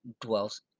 dwells